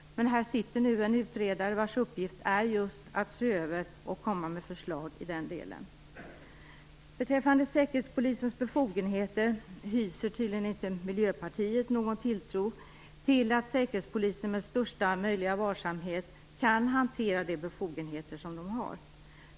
Men här sitter nu en utredare vars uppgift är just att se över och komma med förslag i den delen. Miljöpartiet tydligen ingen tilltro till att Säkerhetspolisen med största möjliga varsamhet kan hantera de befogenheter den har.